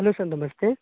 hello sir namaste